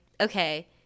okay